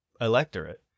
electorate